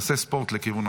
תעשה ספורט לכיוון